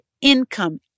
income